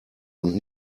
und